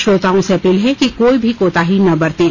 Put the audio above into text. श्रोताओं से अपील है कि कोई भी कोताही न बरतें